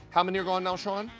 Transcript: how many are gone now, sean?